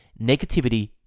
Negativity